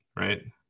Right